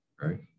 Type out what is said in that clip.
right